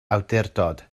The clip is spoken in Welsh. awdurdod